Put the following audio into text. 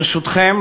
ברשותכם,